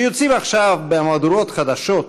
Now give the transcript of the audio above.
שיוצאים עכשיו במהדורות חדשות,